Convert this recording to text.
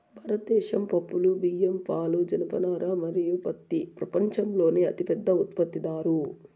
భారతదేశం పప్పులు, బియ్యం, పాలు, జనపనార మరియు పత్తి ప్రపంచంలోనే అతిపెద్ద ఉత్పత్తిదారు